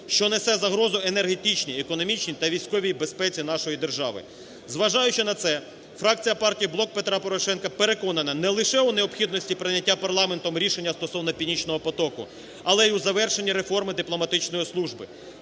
що несе загрозу енергетичній, економічній та військовій безпеці нашої держави. Зважаючи на це, фракція партії "Блок Петра Порошенка" переконана не лише у необхідності прийняття парламентом рішення стосовно "Північного потоку", але і у завершенні реформи дипломатичної служби.